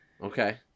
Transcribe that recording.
Okay